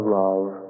love